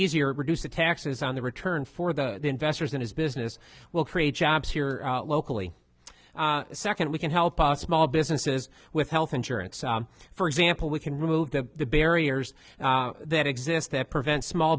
easier to reduce the taxes on the return for the investors in his business we'll create jobs here locally second we can help small businesses with health insurance for example we can remove the barriers that exist that prevent small